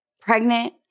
pregnant